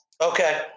Okay